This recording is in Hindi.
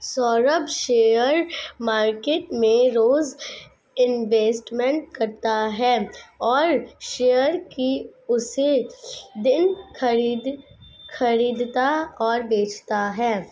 सौरभ शेयर मार्केट में रोज इन्वेस्टमेंट करता है और शेयर को उसी दिन खरीदता और बेचता है